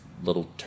little